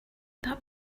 that